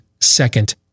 second